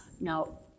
Now